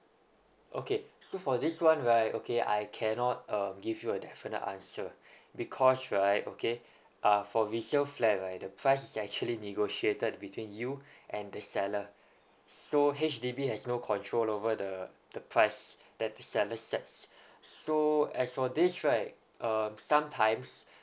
okay so for this one right okay I cannot um give you a definite answer because right okay uh for resale flat right the price is actually negotiated between you and the seller so H_D_B has no control over the the price that the seller sets so as for this right um sometimes